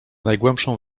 najgłębszą